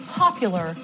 popular